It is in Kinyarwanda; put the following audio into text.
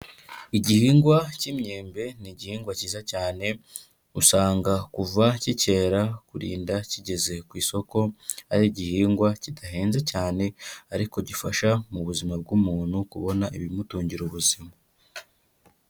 Igihingwa cy'imyembe ni igihingwa cyiza cyane, usanga kuva kikera kurinda kigeze ku isoko, ari igihingwa kidahenze cyane ariko gifasha mu buzima bw'umuntu kubona ibimutungira ubuzima.